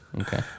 Okay